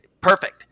perfect